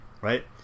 right